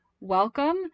welcome